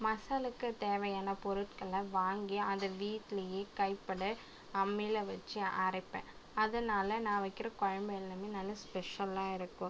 மசாலாவுக்குத் தேவையான பொருட்களை வாங்கி அதை வீட்லேயே கைப்பட அம்மியில் வச்சு அரைப்பேன் அதனால் நான் வைக்கிற குழம்பு எல்லாமே நல்லா ஸ்பெஷலாக இருக்கும்